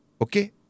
okay